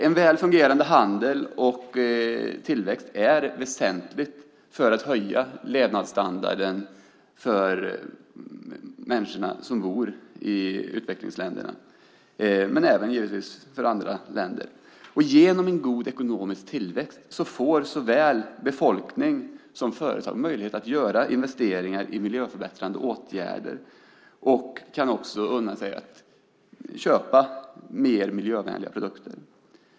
En väl fungerande handel och tillväxt är väsentligt för att höja levnadsstandarden för människorna som bor i utvecklingsländerna men givetvis också för andra länder. Genom en god ekonomisk tillväxt får såväl befolkning som företag möjlighet att göra investeringar i miljöförbättrande åtgärder och kan också unna sig att köpa mer miljövänliga produkter.